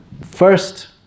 first